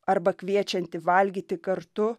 arba kviečiantį valgyti kartu